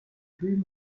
dream